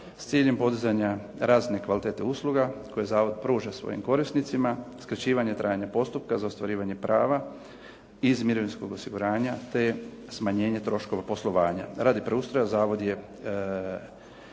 s ciljem podizanja razne kvalitete usluga koje zavod pruža svojim korisnicima, skraćivanje trajanja postupka za ostvarivanje prava iz mirovinskog osiguranja te smanjenje troškova poslovanja. Radi preustroja zavod je